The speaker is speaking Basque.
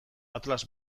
atlas